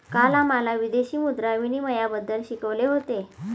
काल आम्हाला विदेशी मुद्रा विनिमयबद्दल शिकवले होते